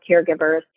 caregivers